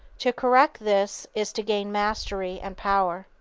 to correct this is to gain mastery and power.